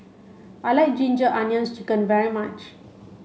I like ginger onions chicken very much